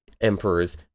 emperors